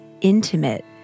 intimate